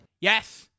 Yes